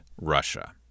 Russia